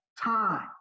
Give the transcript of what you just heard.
time